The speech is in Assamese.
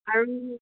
আৰু